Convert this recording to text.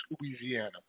Louisiana